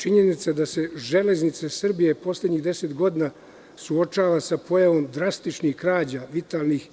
Činjenica da se Železnice Srbije u poslednjih 10 godina suočava sa pojavom drastičnih krađa vitalnih